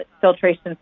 filtration